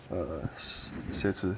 哦鞋子